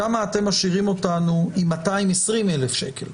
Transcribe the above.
שם אתם משאירים אותנו עם 220,000 שקל,